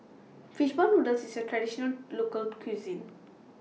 Fish Ball Noodles IS A Traditional Local Cuisine